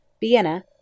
Vienna